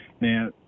Now